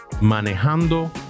manejando